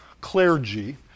clergy